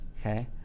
Okay